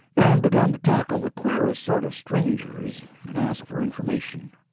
and begun to tackle the queerest sort of strangers and ask for information,